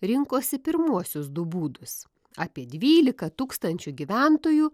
rinkosi pirmuosius du būdus apie dvylika tūkstančių gyventojų